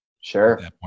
Sure